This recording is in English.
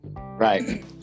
Right